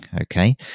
Okay